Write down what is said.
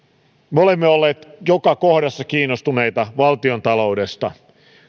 me olemme olleet joka kohdassa kiinnostuneita valtiontaloudesta